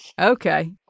Okay